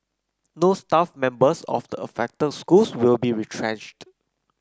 no staff members of the affected schools will be retrenched